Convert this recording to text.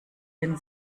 den